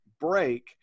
break